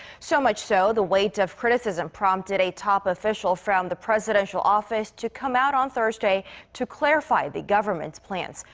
so much so the weight of criticism prompted a top official from the presidential office to come out on thursday to clarify the government's plans.